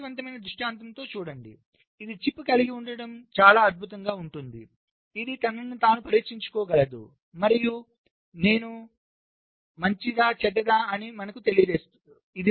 ఆదర్శవంతమైన దృష్టాంతంలో చూడండి ఇది చిప్ కలిగి ఉండటం చాలా అద్భుతంగా ఉంటుంది ఇది తనను తాను పరీక్షించుకోగలదు మరియు నేను మంచివాడిని లేదా నేను చెడ్డవాడిని అని మనకు తెలియజేస్తుంది